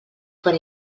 per